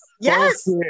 Yes